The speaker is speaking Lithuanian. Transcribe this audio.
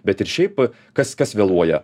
bet ir šiaip kas kas vėluoja